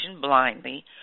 blindly